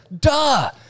duh